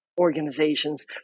organizations